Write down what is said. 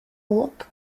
what